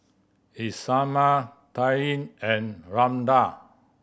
Isamar Taryn and Randal